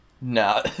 no